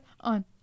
on